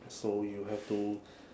so you have to